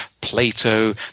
Plato